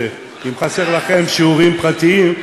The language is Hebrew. ואם חסרים לכם שיעורים פרטיים,